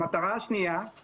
המטרה השנייה היא